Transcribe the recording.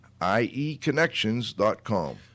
ieconnections.com